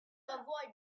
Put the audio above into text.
avoid